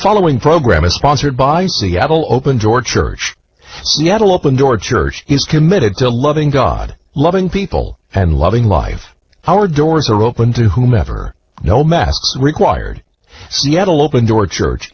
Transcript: following program is sponsored by seattle open door church yet open door church he's committed to loving god loving people and loving life our doors are open to whomever no mass required seattle open door church